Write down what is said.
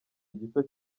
gito